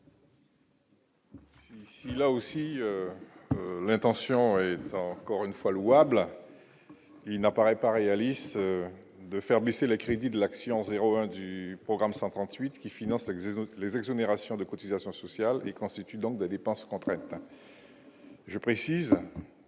Il a aussi l'intention de faire encore une fois, louable, il n'apparaît pas réaliste de faire baisser les crédits de l'action 01 du programme 138 qui finance l'exode, les exonérations de cotisations sociales et constituent donc des dépenses contraintes, je précise,